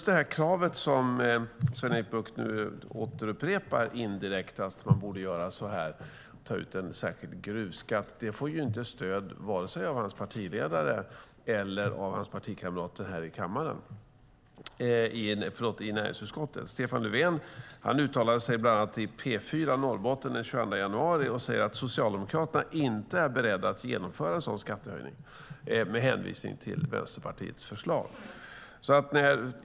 Det krav som Sven-Erik Bucht nu indirekt upprepar, att man borde ta ut en särskild gruvskatt, får inte stöd vare sig av hans partiledare eller av hans partikamrater i näringsutskottet. Stefan Löfven uttalade sig bland annat i P4 Norrbotten den 22 januari och sade att Socialdemokraterna inte är beredda att genomföra en sådan skattehöjning, med hänvisning till Vänsterpartiets förslag.